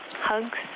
hugs